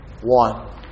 one